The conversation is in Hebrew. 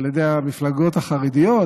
המפלגות החרדיות,